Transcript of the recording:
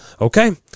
Okay